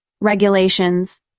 regulations